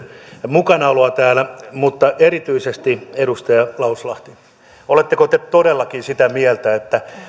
mukanaoloa täällä mutta erityisesti edustaja lauslahti oletteko te todellakin sitä mieltä että